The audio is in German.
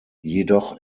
jedoch